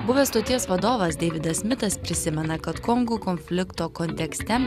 buvęs stoties vadovas deividas smitas prisimena kad kongo konflikto kontekste